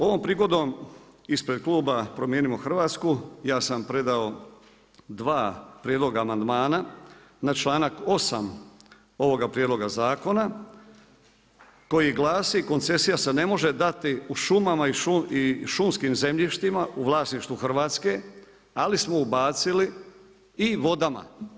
Ovom prigodom ispred kluba Promijenimo Hrvatsku, ja sam predao 2 prijedloga amandmana na članak 8. ovoga prijedloga zakona koji glasi „Koncesija se ne može se dati u šumama i šumskim zemljištima u vlasništvu Hrvatske“, ali smo ubacili i vodama.